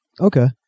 Okay